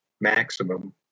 maximum